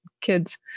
kids